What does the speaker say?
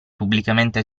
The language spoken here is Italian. pubblicamente